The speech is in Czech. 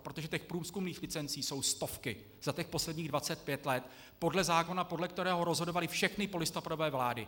Protože těch průzkumných licencí jsou stovky za posledních 25 let podle zákona, podle kterého rozhodovaly všechny polistopadové vlády.